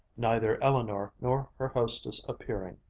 neither eleanor nor her hostess appearing.